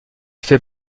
fait